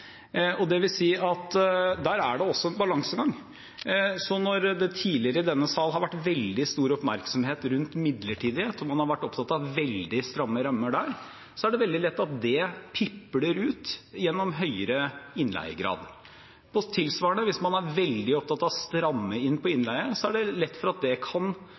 at der er det en balansegang. Når det tidligere i denne sal har vært veldig stor oppmerksomhet rundt midlertidighet, og man har vært opptatt av veldig stramme rammer der, er det veldig lett at det pipler ut gjennom høyere innleiegrad. Tilsvarende, hvis man er veldig opptatt av å stramme inn på innleie, er det lett for at det over tid kan